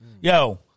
Yo